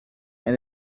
and